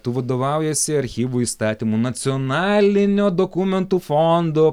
tu vadovaujiesi archyvų įstatymu nacionalinio dokumentų fondo